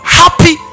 happy